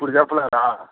ఇప్పుడు చెప్పలేరా